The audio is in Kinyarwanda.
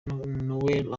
neil